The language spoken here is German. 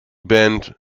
band